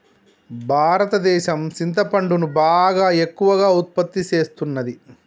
భారతదేసం సింతపండును బాగా ఎక్కువగా ఉత్పత్తి సేస్తున్నది